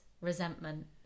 resentment